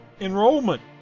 enrollment